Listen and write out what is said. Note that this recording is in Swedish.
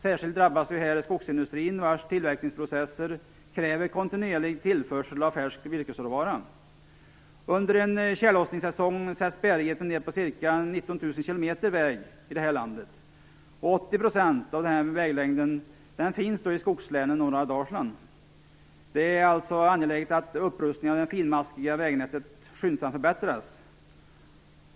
Särskilt drabbas ju här skogsindustrin, vars tillverkningsprocesser kräver kontinuerlig tillförsel av färsk virkesråvara. Under en tjällossningssäsong sätts bärigheten ned på ca 19 000 km väg i landet, och 80 % av denna väglängd finns i skogslänen och i norra Dalsland. Det är alltså angeläget med en skyndsam upprustning av det finmaskiga vägnätet.